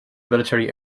military